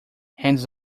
hands